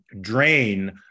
drain